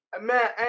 Man